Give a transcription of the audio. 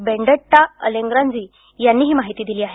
Benedetta Allegranzi यांनी ही माहिती दिली आहे